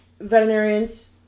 veterinarians